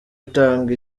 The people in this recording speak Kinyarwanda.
itanga